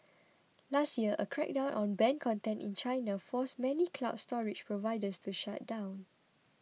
last year a crackdown on banned content in China forced many cloud storage providers to shut down